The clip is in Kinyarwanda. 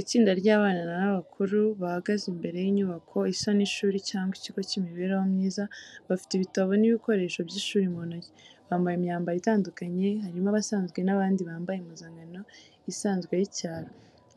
Itsinda ry'abana n'abakuru, bahagaze imbere y'inyubako isa n'ishuri cyangwa ikigo cy'imibereho myiza bafite ibitabo n’ibikoresho by’ishuri mu ntoki. Bambaye imyambaro itandukanye, harimo abasanzwe n’abandi bambaye impuzankano isanzwe y’icyaro.